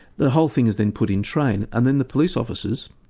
the whole thing is then put in train, and then the police officers,